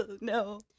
no